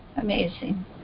Amazing